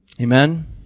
Amen